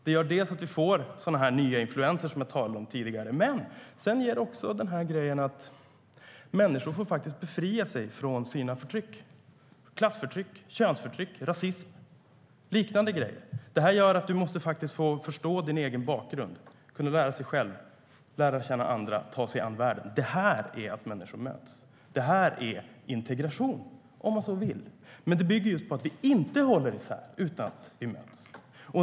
Det gör att vi får nya influenser, som jag talade om tidigare, men det innebär också att människor kan befria sig från förtryck - klassförtryck, könsförtryck, rasism och så vidare. Var och en måste förstå sin egen bakgrund, lära känna sig själv och andra - ta sig an världen. Det är att människor möts. Det är integration. Men det bygger på att vi inte håller isär utan att vi möts.